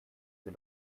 wir